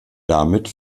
damit